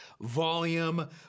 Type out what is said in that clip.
Volume